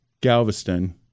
Galveston